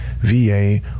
VA